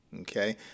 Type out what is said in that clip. okay